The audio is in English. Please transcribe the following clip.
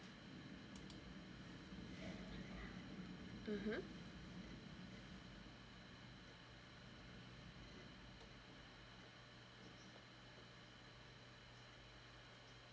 (uh huh)